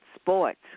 sports